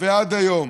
ועד היום.